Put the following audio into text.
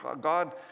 God